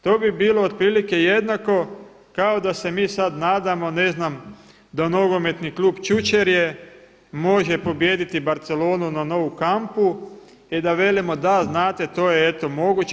To bi bilo otprilike jednako kao da se mi sad nadamo ne znam da nogometni klub Čučerje može pobijediti Barcelonu na … kampu i da velimo da znate, to je eto moguće.